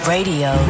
Radio